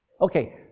Okay